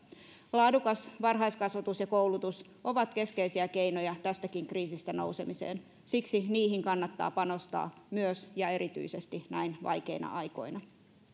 laadukas varhaiskasvatus ja koulutus ovat keskeisiä keinoja tästäkin kriisistä nousemiseen siksi niihin kannattaa panostaa myös ja erityisesti näin vaikeina aikoina